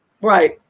Right